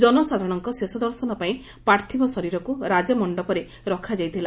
ଜନସାଧାରଣଙ୍କ ଶେଷ ଦର୍ଶନ ପାଇଁ ପାର୍ଥିବ ଶରୀରକୁ ରାଜାମଣ୍ଡପରେ ରଖାଯାଇଥିଲା